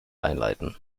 einleiten